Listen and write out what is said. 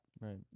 Right